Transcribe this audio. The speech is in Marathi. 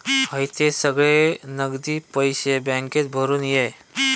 हयते सगळे नगदी पैशे बॅन्केत भरून ये